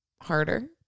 harder